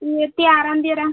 ഇരുവത്തി ആറാന്തി വരാം